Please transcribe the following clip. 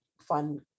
fun